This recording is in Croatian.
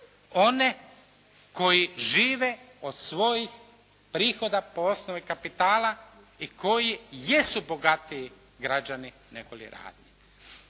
one koji žive od svojih prihoda po osnovi kapitala i koji jesu bogatiji građani nego li radnik.